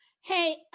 Hey